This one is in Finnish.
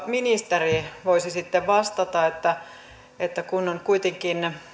ministeri voisi sitten tähän vastata kun on kuitenkin